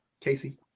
Casey